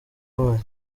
wayo